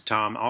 Tom